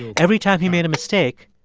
every time he made a mistake,